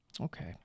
Okay